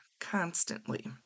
constantly